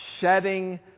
shedding